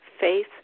faith